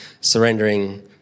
surrendering